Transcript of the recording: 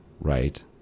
right